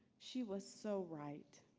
she was so right.